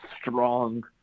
strong